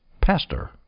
pastor